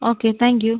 okay thank you